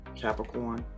Capricorn